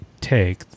take